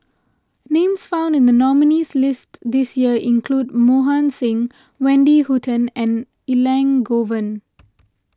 names found in the nominees' list this year include Mohan Singh Wendy Hutton and Elangovan